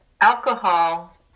alcohol